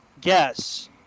guess